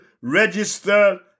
register